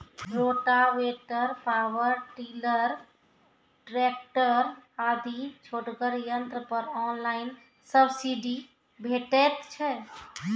Rotavator, power tiller, tractor आदि छोटगर यंत्र पर ऑनलाइन सब्सिडी भेटैत छै?